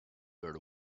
dirt